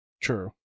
True